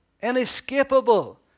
Inescapable